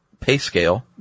Payscale